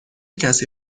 کسی